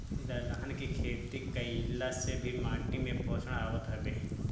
दलहन के खेती कईला से भी माटी में पोषण आवत हवे